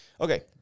Okay